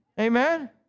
Amen